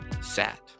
sat